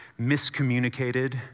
miscommunicated